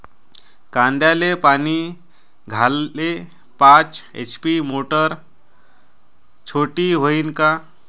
कांद्याले पानी द्याले पाच एच.पी ची मोटार मोटी व्हईन का?